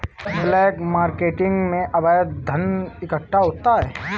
black marketing से अवैध धन इकट्ठा होता है